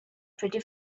pretty